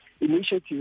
initiative